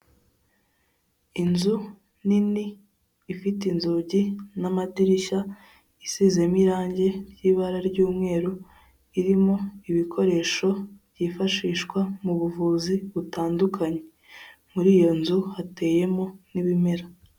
Inzu nini ifite inzugi n'amadirishya isizemo irangi ry'ibara ry'umweru irimo ibikoresho byifashishwa mu buvuzi butandukanye, muri iyo nzu hateyemo n'ibimera.